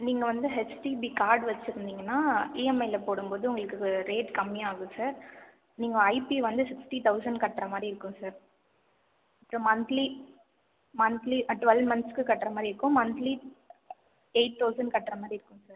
நீங்கள் வந்து HDB card வச்சுருந்திங்கனா இஎம்ஐயில போடும்போது உங்களுக்கு ரேட் கம்மியாகும் சார் நீங்க ஐபி வந்து சிக்ஸ்டி தவுசன்ட் கட்டுற மாதிரி இருக்கும் சார் அப்புறம் மன்த்லி மன்த்லி ட்வெல்வ் மன்த்ஸ்க்கு கட்டுற மாதிரி இருக்கும் மன்த்லி எய்ட் தவுசன்ட் கட்டுற மாதிரி இருக்கும் சார்